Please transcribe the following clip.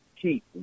keep